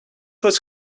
was